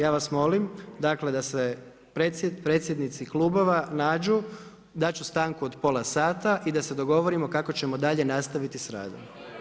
Ja vas molim da se predsjednici klubova nađu, dat ću stanku od pola sata i da se dogovorimo kako ćemo dalje nastaviti s radom.